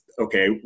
okay